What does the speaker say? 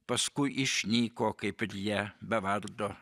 paskui išnyko kaip ir jie be vardo